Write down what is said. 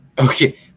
okay